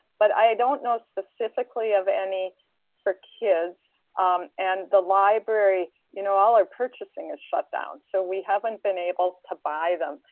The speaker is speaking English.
but i don't know specifically of any for kids and the library, you know, all our purchasing is shut down. so we haven't been able to buy them.